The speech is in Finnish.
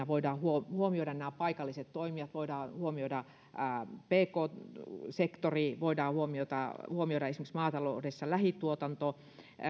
voidaan huomioida paikalliset toimijat voidaan huomioida pk sektori voidaan huomioida esimerkiksi maataloudessa lähituotanto